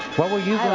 what would you